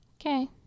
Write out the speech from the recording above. Okay